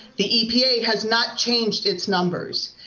the epa has not changed its numbers.